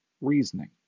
reasoning